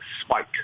spike